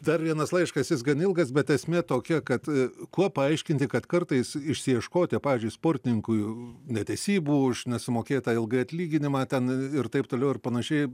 dar vienas laiškas jis gan ilgas bet esmė tokia kad kuo paaiškinti kad kartais išsiieškoti pavyzdžiui sportininkui netesybų už nesumokėtą ilgai atlyginimą ten ir taip toliau ir panašiai